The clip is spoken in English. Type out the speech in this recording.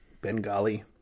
Bengali